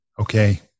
Okay